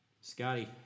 Scotty